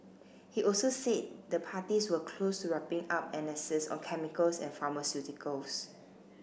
he also said the parties were close wrapping up annexes on chemicals and pharmaceuticals